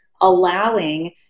allowing